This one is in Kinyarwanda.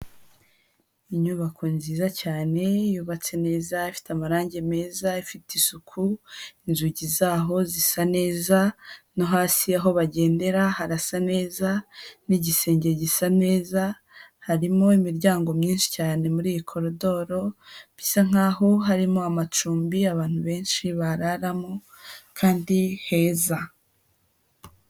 Inyubako nziza cyane yubatse neza, ifite amarangi meza ifite isuku, inzugi zaho zisa neza, no hasi aho bagendera harasa neza, n'igisenge gisa neza, harimo imiryango myinshi cyane muri iyi koridoro, bisa nk'aho harimo amacumbi abantu benshi bararamo kandi heza.